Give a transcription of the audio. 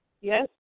Yes